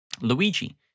Luigi